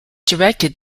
directed